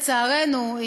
לצערנו,